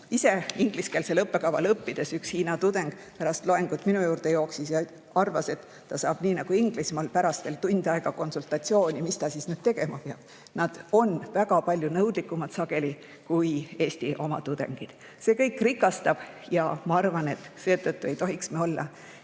ingliskeelsel õppekaval õppides üks Hiina tudeng pärast loengut minu juurde jooksis ja arvas, et ta saab nii nagu Inglismaal pärast veel tund aega konsultatsiooni, et mis ta siis nüüd tegema peab. Nad on sageli väga palju nõudlikumad kui Eesti oma tudengid. See kõik rikastab ja ma arvan, et seetõttu ei tohiks me olla